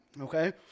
okay